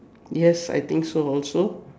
yes I think so also